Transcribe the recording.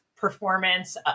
performance